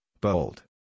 bold